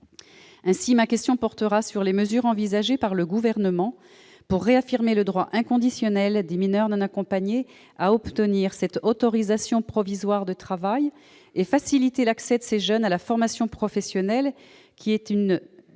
Ainsi, ma question porte sur les mesures envisagées par le Gouvernement pour réaffirmer le droit inconditionnel des mineurs non accompagnés à obtenir une autorisation provisoire de travail et pour faciliter l'accès de ces jeunes à la formation professionnelle, qui est une